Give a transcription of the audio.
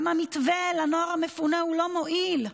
גם המתווה לנוער המפונה לא מועיל.